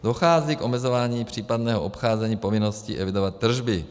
Dochází k omezování případného obcházení povinnosti evidovat tržby.